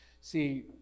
See